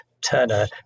Turner